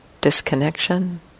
Disconnection